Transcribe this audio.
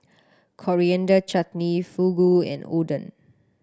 Coriander Chutney Fugu and Oden